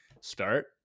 start